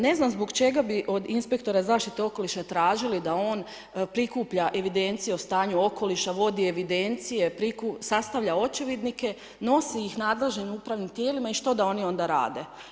Ne znam zbog čega bi od inspektora zaštite okoliša tražili da on prikuplja evidencije o stanju okoliša, vodi evidencije, prikuplja, sastavlja očevidnike, nosi ih nadležnim upravnim tijelima i što da oni onda rade?